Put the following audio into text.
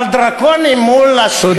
אבל דרקוניים מול השחיתות?